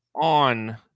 on